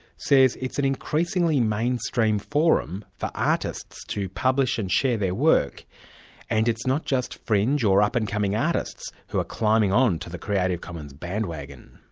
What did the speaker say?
says it's an increasingly mainstream forum for artists to publish and share their work and it's not just fringe or up-and-coming artists who are climbing on to the creative commons bandwagon.